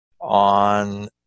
on